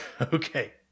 okay